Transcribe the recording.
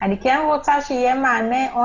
אני רוצה שיהיה מענה.